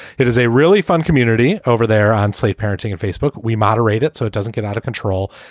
it is a really fun community over there on slate parenting and facebook. we moderate it so it doesn't get out of control.